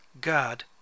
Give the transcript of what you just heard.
God